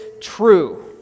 true—